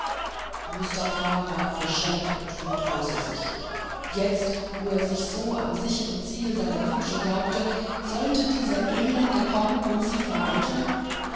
mustafa war vor schrecken und wut außer sich jetzt wo er sich am sicheren ziel seiner wünsche glaubte sollte dieser elende kommen und sie vereiteln